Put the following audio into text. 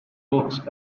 books